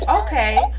Okay